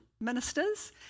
ministers